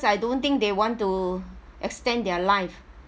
I don't think they want to extend their life